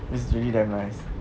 it's really damn nice